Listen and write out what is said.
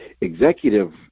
executive